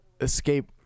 escape